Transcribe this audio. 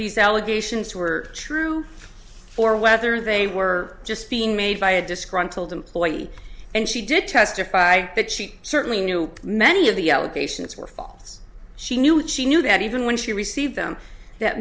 these allegations were true or whether they were just being made by a disgruntled employee and she did testify that she certainly knew many of the allegations were false she knew that she knew that even when she received them that